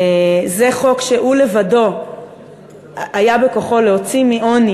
זה חוק שהוא לבדו היה בכוחו להוציא מעוני,